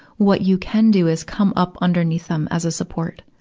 what you can do is come up underneath them as a support,